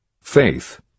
faith